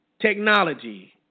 Technology